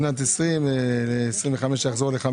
לתקן את הקיים ולומר שביחס לשנת 23' זה יהיה במקום 15% - 30%,